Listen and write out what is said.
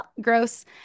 gross